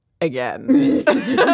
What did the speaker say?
again